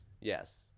yes